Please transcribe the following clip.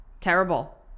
Terrible